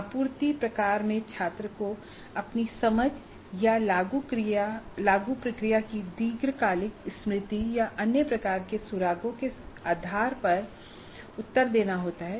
आपूर्ति प्रकार में छात्र को अपनी समझ या लागू प्रक्रिया की दीर्घकालिक स्मृति या अन्य प्रकार के सुरागों के आधार पर उत्तर देना होता है